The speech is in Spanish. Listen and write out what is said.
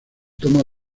toma